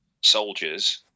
soldiers